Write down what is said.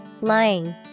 Lying